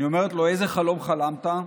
אני אומרת לו: איזה חלום חלמת?